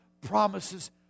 promises